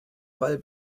weil